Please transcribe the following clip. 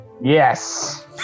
Yes